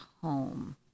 home